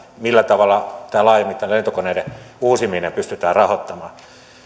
millä tavalla tämä laajamittainen lentokoneiden uusiminen pystytään rahoittamaan